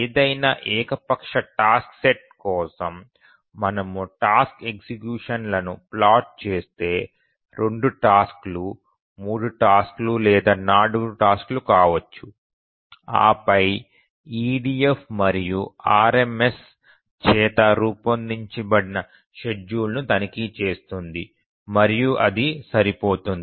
ఏదైనా ఏకపక్ష task set కోసం మనము టాస్క్ ఎగ్జిక్యూషన్లను ప్లాట్ చేస్తే 2 టాస్క్లు 3 టాస్క్లు లేదా 4 టాస్క్లు కావచ్చు ఆ పై EDF మరియు RMS చేత రూపొందించబడిన షెడ్యూల్ను తనిఖీ చేస్తే మరియు అది సరిపోతుంది